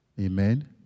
Amen